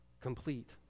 complete